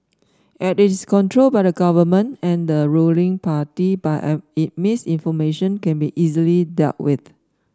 as it is controlled by the Government and the ruling party by any misinformation can be easily dealt with